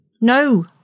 No